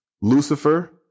Lucifer